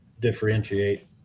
differentiate